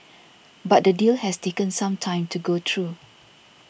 but the deal has taken some time to go true